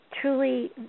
truly